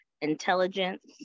intelligence